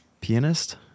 pianist